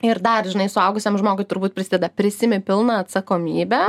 ir dar žinai suaugusiam žmogui turbūt prisideda prisiimi pilną atsakomybę